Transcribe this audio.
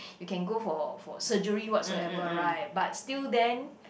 you can go for for surgery whatsoever right but still then